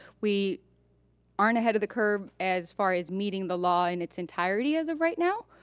we aren't ahead of the curve as far as meeting the law and its entirety as of right now.